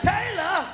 Taylor